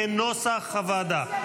כנוסח הוועדה.